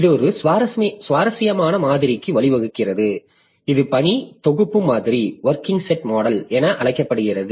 இது ஒரு சுவாரஸ்யமான மாதிரிக்கு வழிவகுக்கிறது இது பணி தொகுப்பு மாதிரி என அழைக்கப்படுகிறது